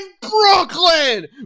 Brooklyn